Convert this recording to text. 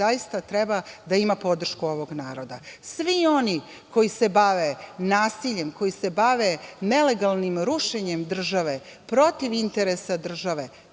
zaista treba da ima podršku ovog naroda. Svi oni koji se bave nasiljem, koji se bave nelegalnim rušenjem države, protiv interesa države,